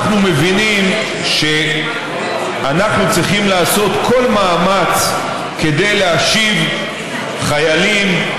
אנחנו מבינים שאנחנו צריכים לעשות כל מאמץ כדי להשיב חיילים,